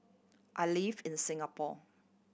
I live in Singapore